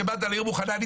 שבאת לעיר מוכנה,